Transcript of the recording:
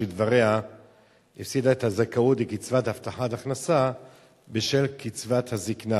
שלדבריה הפסידה את הזכאות לקצבת הבטחת הכנסה בשל קצבת הזיקנה,